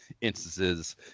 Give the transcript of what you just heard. instances